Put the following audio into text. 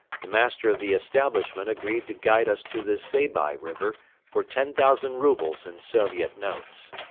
the master of the establishment agreed to guide us to the seybi river for ten thousand roubles in soviet notes.